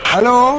Hello